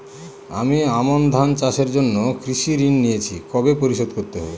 আমি আমন ধান চাষের জন্য কৃষি ঋণ নিয়েছি কবে পরিশোধ করতে হবে?